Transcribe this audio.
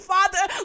Father